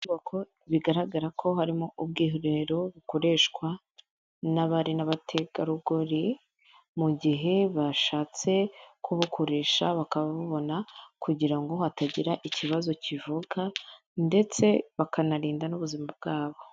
Inyubako bigaragara ko harimo ubwiherero bukoreshwa n'abari n'abategarugori mu gihe bashatse kubukoresha bakabubona kugira ngo hatagira ikibazo kivuka ndetse bakanarinda n'ubuzima bwabo.